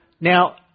Now